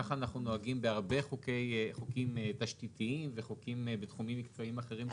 ככה אנחנו נוהגים בהרבה חוקים תשתיתיים וחוקים בתחום מקצועיים אחרים.